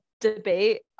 debate